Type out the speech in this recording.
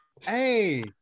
hey